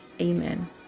amen